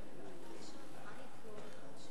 אחרון הדוברים, אני אחרון הדוברים.